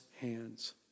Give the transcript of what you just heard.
hands